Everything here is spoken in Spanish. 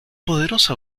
poderosa